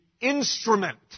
instrument